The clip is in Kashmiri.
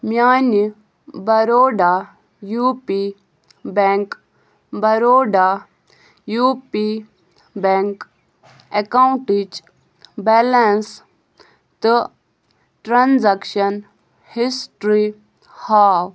میٛانہِ Baroda U P bank Baroda U P bank ایٚکاونٛٹٕچ بیلنٕس تہٕ ٹرٛانزیٚکشن ہسٹرٛی ہاو